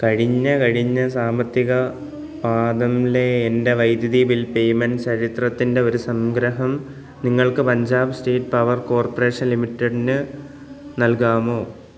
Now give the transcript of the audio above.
കഴിഞ്ഞ കഴിഞ്ഞ സാമ്പത്തിക പാദമിലെ എൻ്റെ വൈദ്യുതി ബിൽ പേയ്മെൻ്റ് ചരിത്രത്തിൻ്റെ ഒരു സംഗ്രഹം നിങ്ങൾക്ക് പഞ്ചാബ് സ്റ്റേറ്റ് പവർ കോർപ്പറേഷൻ ലിമിറ്റഡിന് നൽകാമോ